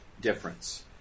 difference